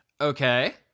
Okay